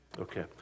Okay